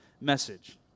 message